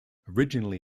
originally